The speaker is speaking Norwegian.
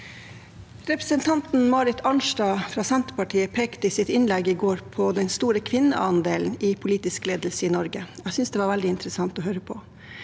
Representanten Marit Arnstad fra Senterpartiet pekte i sitt innlegg i går på den store kvinneandelen i politisk ledelse i Norge. Jeg synes det var veldig interessant å høre på.